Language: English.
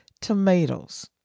tomatoes